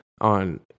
on